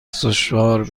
سشوار